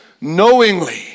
knowingly